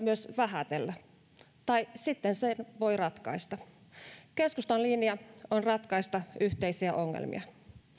myös vähätellä tai sitten sen voi ratkaista keskustan linja on ratkaista yhteisiä ongelmia